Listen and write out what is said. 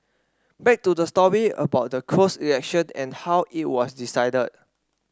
back to the story about the closed election and how it was decided